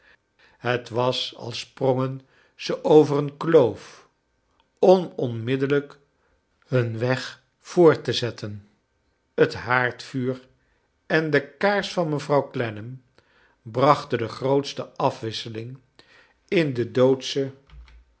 het was als sprongen ze over een kloof om onmiddellijk hun weg voort te zetten het haardvuur en de kaars van mevrouw clennam brachten de grootste afwisseling in de